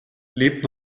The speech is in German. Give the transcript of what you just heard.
lebt